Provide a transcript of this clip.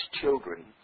children